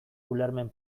ulermen